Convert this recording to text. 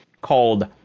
called